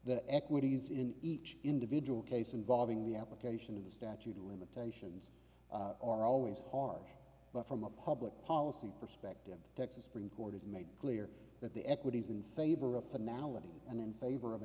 that equities in each individual case involving the application of the statute of limitations are always ours but from a public policy perspective the texas supreme court has made clear that the equities in favor of finale and in favor of